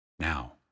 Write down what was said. Now